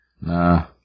Nah